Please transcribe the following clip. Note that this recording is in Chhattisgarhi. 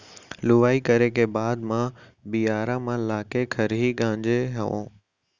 लुवई करे के बाद म बियारा म लाके खरही गांजे हँव